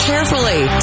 Carefully